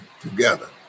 together